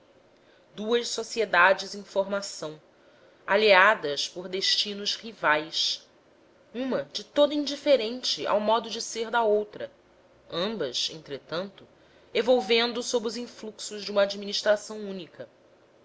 duas sociedades em formação alheadas por destinos rivais uma de todo indiferente ao modo de ser da outra ambas entretanto envolvendo sob os influxos de uma administração única